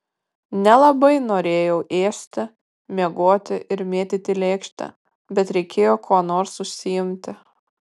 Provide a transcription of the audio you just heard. nelabai norėjau ėsti miegoti ir mėtyti lėkštę bet reikėjo kuo nors užsiimti